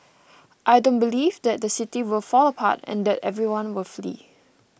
I don't believe that the City will fall apart and that everyone will flee